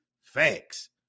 facts